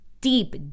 deep